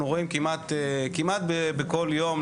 אנחנו רואים כמעט בכל יום,